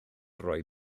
rhoi